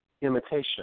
imitation